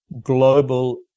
global